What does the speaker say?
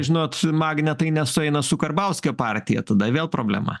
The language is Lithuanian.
žinot magnetai nesueina su karbauskio partija tada vėl problema